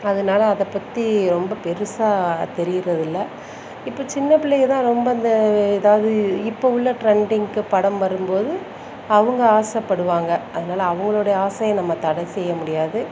அதனால அதை பற்றி ரொம்ப பெருசாக தெரியிறதில்லை இப்போ சின்ன பிள்ளைங்க தான் ரொம்ப அந்த எதாவது இப்போ உள்ள ட்ரெண்டிங்க்கு படம் வரும்போது அவங்க ஆசைப்படுவாங்க அதனால அவங்களோடைய ஆசையை நம்ம தடை செய்ய முடியாது